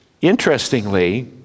Interestingly